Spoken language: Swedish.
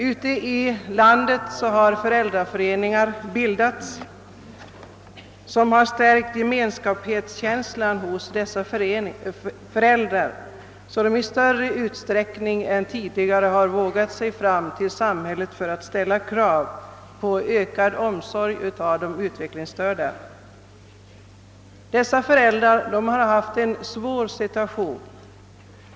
Ute i landet har föräldraföreningar bildats, som stärkt gemensamhetskänslan hos föräldrarna till de utvecklingsstörda, så att de i större utsträckning än tidigare har vågat sig fram till samhället för att ställa krav på ökad omsorg om barnen. Dessa föräldrar har befunnit sig i en besvärlig situation.